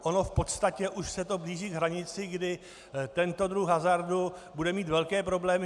Ono v podstatě už se to blíží k hranici, kdy tento druh hazardu bude mít velké problémy.